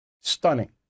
Stunning